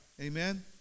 Amen